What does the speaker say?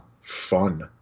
fun